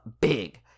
big